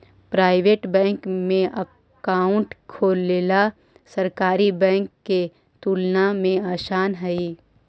private bank में account खोलेला सरकारी बैंक के तुलना में आसान हइ